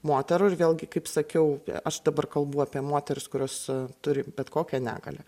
moterų ir vėlgi kaip sakiau aš dabar kalbu apie moteris kurios turi bet kokią negalią